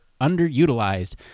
underutilized